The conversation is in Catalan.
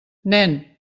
nen